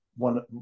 one